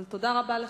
אבל תודה רבה לך.